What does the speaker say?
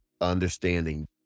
understanding